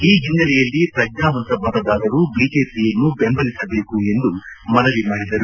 ಈ ಹಿನ್ನೆಲೆಯಲ್ಲಿ ಪ್ರಜ್ನಾವಂತ ಮತದಾರರು ಬಿಜೆಪಿಯನ್ನು ಬೆಂಬಲಿಸಬೇಕು ಎಂದು ಮನವಿ ಮಾಡಿದರು